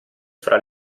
fra